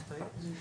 זה הטריגר המיידי,